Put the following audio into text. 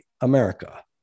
America